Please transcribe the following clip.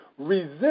Resist